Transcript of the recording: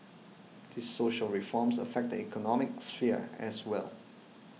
these social reforms affect the economic sphere as well